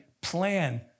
Plan